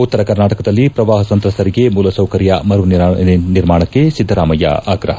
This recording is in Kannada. ಉತ್ತರ ಕರ್ನಾಟಕದಲ್ಲಿ ಪ್ರವಾಪ ಸಂತ್ರಸ್ತರಿಗೆ ಮೂಲಸೌಕರ್ಯ ಮರು ನಿರ್ಮಾಣಕ್ಕೆ ಸಿದ್ದರಾಮಯ್ಯ ಆಗ್ರಪ